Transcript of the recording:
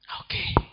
Okay